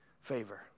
favor